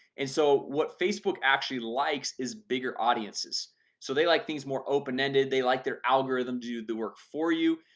and so what facebook actually likes is bigger audiences so they like things more open-ended. they like their algorithm do the work for you.